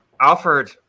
Alfred